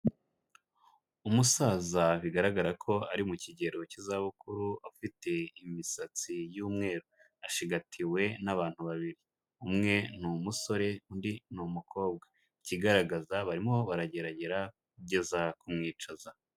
Umusaza bigaragara ko ari mu kigero k'izabukuru afite imisatsi y'umweru, ashigatiwe n'abantu babiri, umwe ni umusore undi n'umukobwa, ikigaragaza barimo baragerageza kugeza kumwicaza.